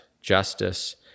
justice